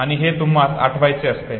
आणि हे तुम्हाला आठवायचे असते